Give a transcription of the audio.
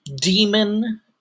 demon